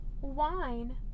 wine